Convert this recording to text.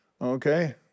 okay